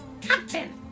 Captain